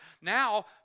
Now